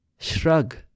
Shrug